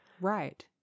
Right